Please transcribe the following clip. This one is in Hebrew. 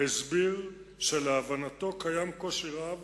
הסביר שלהבנתו קיים קושי רב